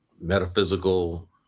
metaphysical